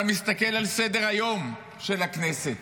אתה מסתכל על סדר-היום של הכנסת,